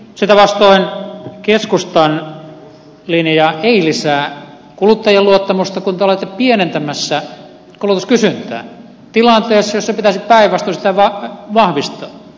sitä vastoin keskustan linja ei lisää kuluttajien luottamusta kun te olette pienentämässä kulutuskysyntää tilanteessa jossa pitäisi päinvastoin sitä vahvistaa